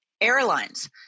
airlines